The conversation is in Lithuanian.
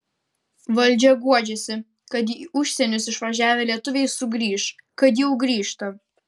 valdžia guodžiasi kad į užsienius išvažiavę lietuviai sugrįš kad jau grįžta